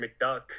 mcduck